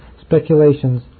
speculations